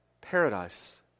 Paradise